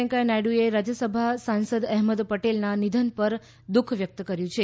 વેંકૈયા નાયડુએ રાજ્યસભા સાંસદ અહેમદ પટેલના નિધન પર દુઃખ વ્યક્ત કર્યું છે